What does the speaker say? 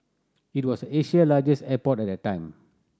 it was Asia largest airport at the time